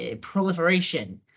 proliferation